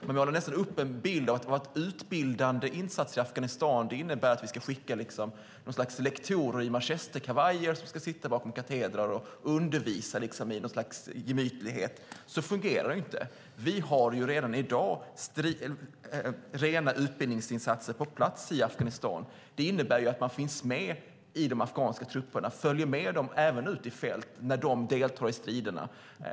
Man har visat upp en bild att en utbildande insats i Afghanistan innebär att vi ska skicka lektorer i manchesterkavajer som ska sitta bakom kateder och undervisa i något slags gemytlighet. Så fungerar det inte. Vi har redan i dag rena utbildningsinsatser på plats i Afghanistan. Det innebär att man finns med i de afghanska trupperna, följer med dem även ute i fält när de deltar i striderna.